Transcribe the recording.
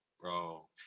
bro